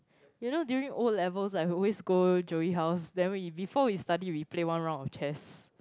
you know during O-levels right we always go Joey house then we before we study we always play one round of chess